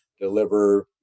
deliver